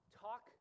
talk